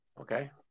Okay